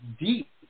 deep